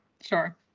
sure